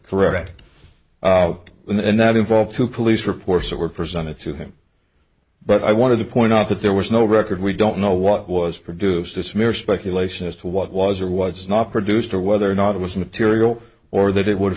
correct and that involved two police reports that were presented to him but i wanted to point out that there was no record we don't know what was produced this mere speculation as to what was or was not produced or whether or not it was material or that it would cha